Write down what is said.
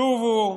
שובו.